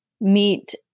meet